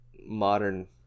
modern